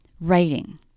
Writing